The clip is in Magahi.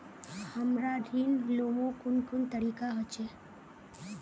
हमरा ऋण लुमू कुन कुन तरीका होचे?